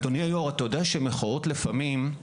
אדוני היו"ר, מחאות לפעמים,